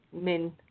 men